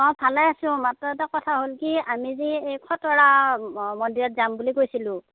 অ' ভালে আছোঁ মাত্ৰ এটা কথা হ'ল কি আমি যে এই খতৰা মন্দিৰত যাম বুলি কৈছিলোঁ